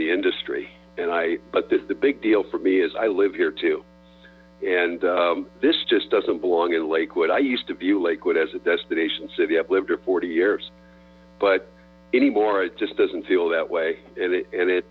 the industry and i but this is a big deal for me is i live here too and this just doesn't belong in lakewood i used to view lakewood as a destination city i've lived for forty years but anymore it just doesn't feel that way and it